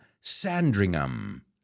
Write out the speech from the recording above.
Sandringham